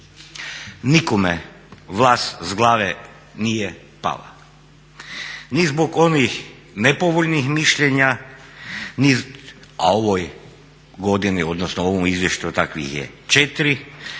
Nikome vlas s glave nije pala. Ni zbog onih nepovoljnih mišljenja, a u ovoj godini odnosno u ovom izvještaju takvih je 4,